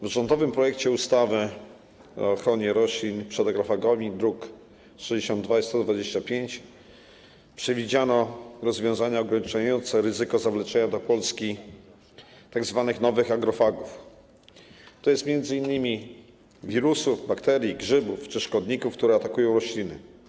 W rządowym projekcie ustawy o ochronie roślin przed agrofagami, druki nr 62 i 125, przewidziano rozwiązania ograniczające ryzyko zawleczenia do Polski tzw. nowych agrofagów, tj. m.in. wirusów, bakterii, grzybów czy szkodników, które atakują rośliny.